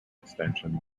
extension